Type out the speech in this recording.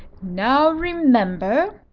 now, remember,